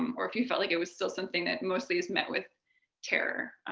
um or if you felt like it was still something that mostly is met with terror.